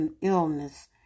illness